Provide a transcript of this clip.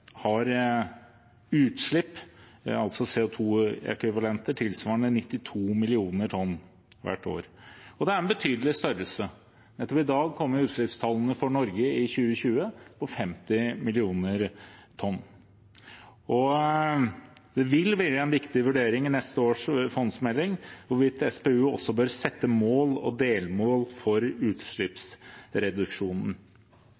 har utslipp tilsvarende 92 millioner tonn CO 2 -ekvivalenter hvert år. Det er en betydelig størrelse. I dag kom utslippstallene for Norge i 2020, og de var på 50 millioner tonn. Det vil bli en viktig vurdering i neste års fondsmelding hvorvidt SPU også bør sette mål og delmål for